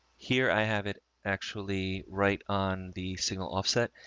here. i have it actually right on the signal offset.